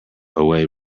away